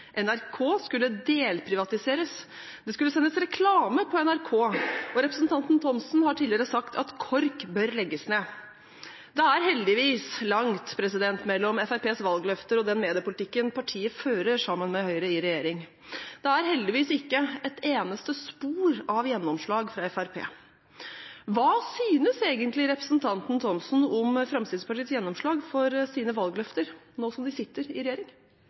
NRK skulle delprivatiseres, det skulle sendes reklame på NRK, og representanten Thomsen har tidligere sagt at KORK bør legges ned. Det er heldigvis langt mellom Fremskrittspartiets valgløfter og den mediepolitikken partiet fører sammen med Høyre i regjering. Det er heldigvis ikke et eneste spor av gjennomslag for Fremskrittspartiet. Hva synes egentlig representanten Thomsen om Fremskrittspartiets gjennomslag for sine valgløfter nå som de sitter i regjering?